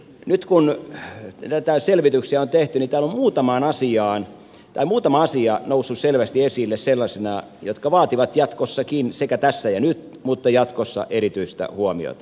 nyt kun näitä selvityksiä on tehty niin täällä on muutama asia noussut selvästi esille sellaisena joka vaatii jatkossakin tässä ja nyt mutta jatkossa erityistä huomiota